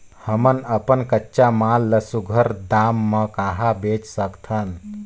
हमन अपन कच्चा माल ल सुघ्घर दाम म कहा बेच सकथन?